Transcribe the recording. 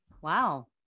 Wow